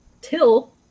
till